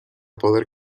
poder